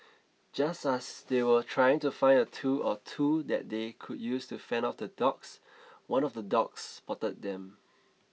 just as they were trying to find a tool or two that they could use to fend off the dogs one of the dogs spotted them